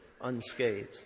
unscathed